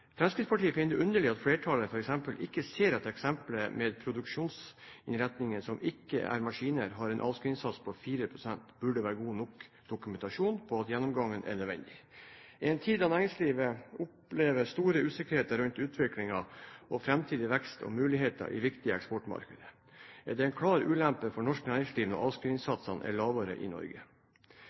Fremskrittspartiet finner det underlig at flertallet f.eks. ikke ser at eksemplet med produksjonsinnretninger som ikke er maskiner, med en avskrivningssats på 4 pst., burde være en god nok dokumentasjon på at gjennomgangen er nødvendig. I en tid da næringslivet opplever stor usikkerhet rundt utvikling og framtidig vekst og muligheter i viktige eksportmarkeder, er det en klar ulempe for norsk næringsliv at avskrivningssatsene er lavere i Norge.